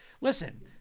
listen